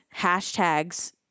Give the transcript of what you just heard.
hashtags